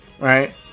right